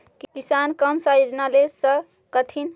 किसान कोन सा योजना ले स कथीन?